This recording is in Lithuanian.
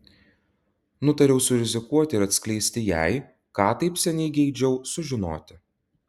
nutariau surizikuoti ir atskleisti jai ką taip seniai geidžiau sužinoti